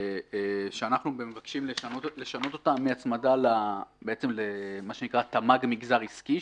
שאנחנו מבקשים לשנות אותה מהצמדה למה שנקרא תמ"ג מגזר עסקי,